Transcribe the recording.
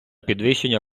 підвищення